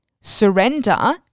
surrender